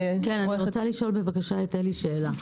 אני רוצה לשאול את אלי שאלה,